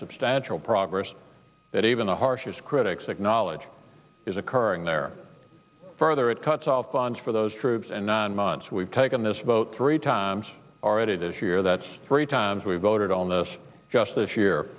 substantial progress that even the harshest critics acknowledge is occurring there further it cuts off funds for those troops and nine months we've taken this about three times already this year that's three times we've voted on this just this year